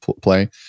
play